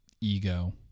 ego